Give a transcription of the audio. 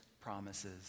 promises